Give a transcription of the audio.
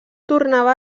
tornava